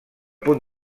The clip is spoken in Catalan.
punt